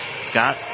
Scott